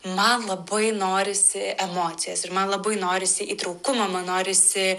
man labai norisi emocijos ir man labai norisi įtraukumo man norisi